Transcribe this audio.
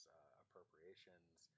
appropriations